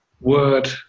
word